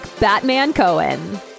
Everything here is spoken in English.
Batman-Cohen